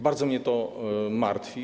Bardzo mnie to martwi.